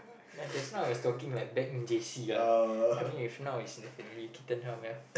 just now I was talking like back in j_c lah I mean if now it's definitely Keaton Ram